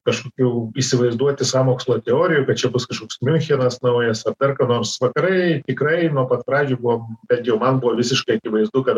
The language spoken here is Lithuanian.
kažkokių įsivaizduoti sąmokslo teorijų kad čia bus kažkoks miunchenas naujas ar dar ką nors vakarai tikrai nuo pat pradžių buvo bet jau man buvo visiškai akivaizdu kad